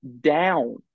down